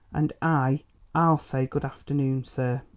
and i i'll say good afternoon, sir.